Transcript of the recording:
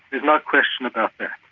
there's no question about that,